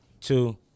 two